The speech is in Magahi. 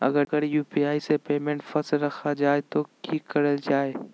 अगर यू.पी.आई से पेमेंट फस रखा जाए तो की करल जाए?